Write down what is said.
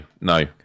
no